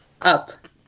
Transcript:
up